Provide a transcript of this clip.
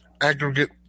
aggregate